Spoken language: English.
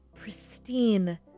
pristine